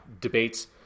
debates